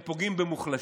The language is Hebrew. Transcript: הם פוגעים במוחלשים,